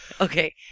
Okay